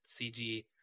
CG